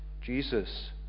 Jesus